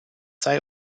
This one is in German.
sei